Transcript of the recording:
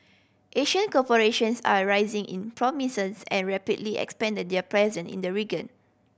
Asian corporations are a rising in prominence and rapidly expanding their presence in the region